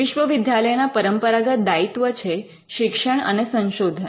વિશ્વવિદ્યાલયના પરંપરાગત દાયિત્વ છે શિક્ષણ અને સંશોધન